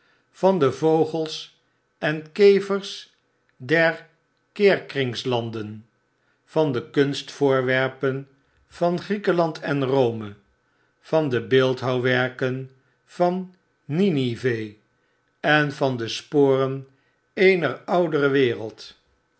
van de vogels en kevers der keerkringslanden van de kunstvoorwerpen van griekenlanden rome van de beeldhouwwerken van niniveh en van de sporen eener oudere wereld